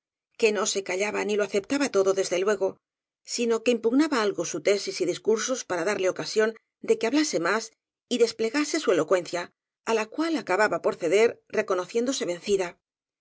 que no se callaba ni lo aceptaba todo desde luego sino que impugnaba algo su tesis y discursos para darle ocasión de que hablase más y desplegase su elocuencia á la cual acababa por ceder recono ciéndose vencida